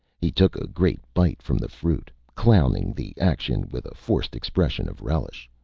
he took a great bite from the fruit, clowning the action with a forced expression of relish.